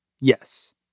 yes